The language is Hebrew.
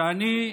שאני,